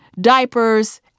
diapers